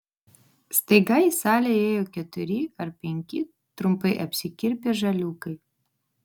staiga į salę įėjo keturi ar penki trumpai apsikirpę žaliūkai